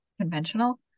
conventional